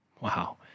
Wow